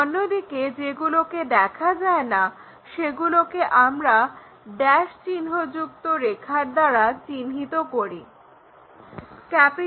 অন্যদিকে যেগুলোকে দেখা যায় না সেগুলোকে আমরা ড্যাশ চিহ্ন যুক্ত রেখার দ্বারা চিহ্নিত করি